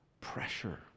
pressure